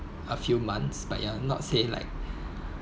a few months but you're not say like